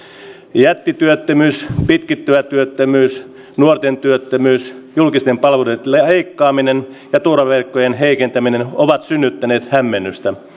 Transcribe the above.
jättityöttömyys pitkittyvä työttömyys nuorten työttömyys julkisten palveluiden leikkaaminen ja turvaverkkojen heikentäminen ovat synnyttäneet hämmennystä